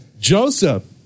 Joseph